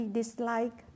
dislike